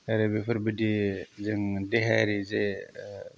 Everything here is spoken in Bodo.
आरो बेफोरबायदि जों देहायारि जे